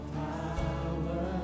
power